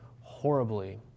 horribly